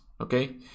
okay